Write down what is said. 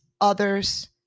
others